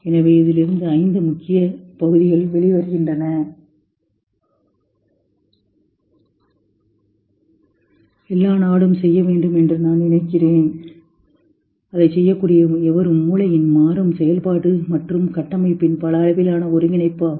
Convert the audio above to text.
எனவே இதிலிருந்து ஐந்து முக்கிய பகுதிகள் வெளிவருகின்றன எல்லா நாடும் செய்ய வேண்டும் என்று நான் நினைக்கிறேன் அதைச் செய்யக்கூடிய எவரும் மூளையின் மாறும் செயல்பாடு மற்றும் கட்டமைப்பின் பல அளவிலான ஒருங்கிணைப்பு ஆகும்